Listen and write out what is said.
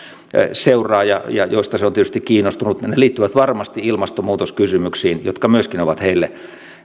seuraa ja joista se on tietysti kiinnostunut ja ne liittyvät varmasti ilmastonmuutoskysymyksiin jotka myöskin ovat heille